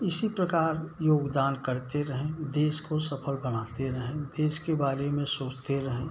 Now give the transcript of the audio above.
इसी प्रकार योगदान करते रहें देश को सफ़ल बनाते रहें देश के बारे में सोचते रहें